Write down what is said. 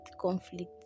conflict